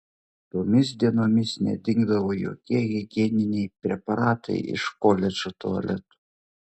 tomis dienomis nedingdavo jokie higieniniai preparatai iš koledžo tualetų